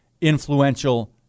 influential